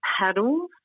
paddles